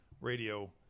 radio